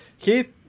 Keith